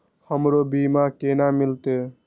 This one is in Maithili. हमरो बीमा केना मिलते?